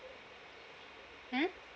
hmm